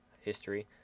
history